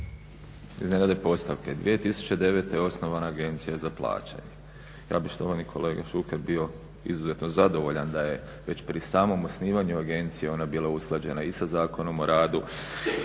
iznenade postavke. 2009. je osnovana Agencija za plaćanje. Ja bih štovani kolega Šuker bio izuzetno zadovoljan da je već pri samom osnivanju Agencije ona bila usklađena i sa Zakonom o radu